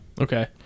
Okay